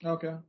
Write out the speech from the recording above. Okay